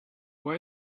why